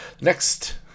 Next